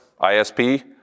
ISP